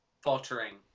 faltering